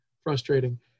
frustrating